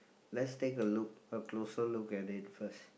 let's take a look a closer look at it first